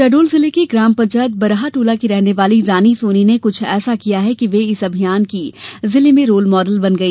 शहडोल जिले के ग्राम पंचायत बरहा टोला की रहने वाली रानी सोनी ने कुछ ऐसा किया है कि वे इस अभियान की जिले में रोल मॉडल बन ग ई